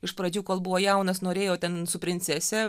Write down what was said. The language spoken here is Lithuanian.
iš pradžių kol buvo jaunas norėjo ten su princese